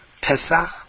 Pesach